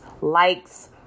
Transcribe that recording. likes